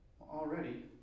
Already